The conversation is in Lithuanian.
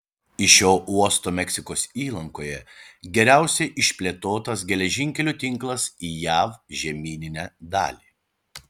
iš šio uosto meksikos įlankoje geriausiai išplėtotas geležinkelių tinklas į jav žemyninę dalį